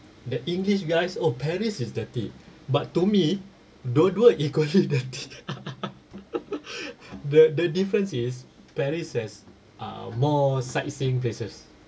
the english guys oh paris is dirty but to me dua-dua equally dirty the difference is paris has ah more sightseeing places